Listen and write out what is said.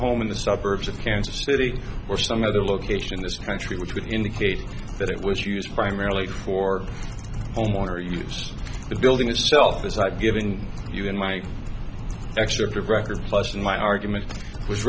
home in the suburbs of kansas city or some other location in this country which would indicate that it was used primarily for homeowner use the building itself the site giving you in my excerpt of record plus in my argument was